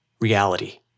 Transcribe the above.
reality